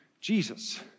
Jesus